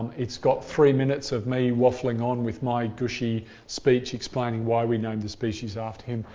it's got three minutes of me waffling on with my gushy speech explaining why we named the species after him,